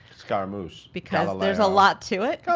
scaramush because there's a lot to it.